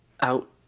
Out